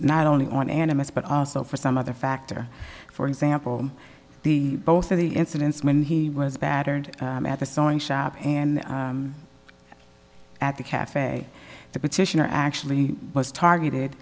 not only on animus but also for some other factor for example the both of the incidents when he was battered at the sewing shop and at the cafe the petitioner actually was targeted